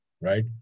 right